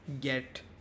get